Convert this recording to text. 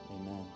amen